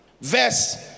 verse